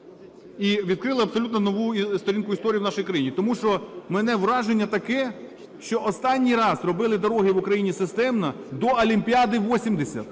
- і відкрили абсолютно нову сторінку історії в нашій країні. Тому що в мене враження таке, що останній раз робили дороги в Україні системно до Олімпіади-80.